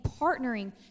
partnering